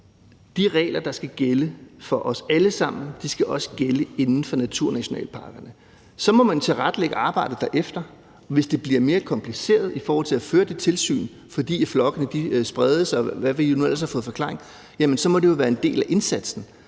de regler, der skal gælde for os alle sammen, skal også gælde inden for naturnationalparkerne. Så må man tilrettelægge arbejdet derefter. Hvis det bliver mere kompliceret i forhold til at føre det tilsyn, fordi flokkene spredes, og hvad vi nu ellers